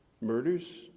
murders